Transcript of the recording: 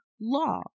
law